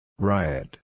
Riot